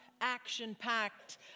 action-packed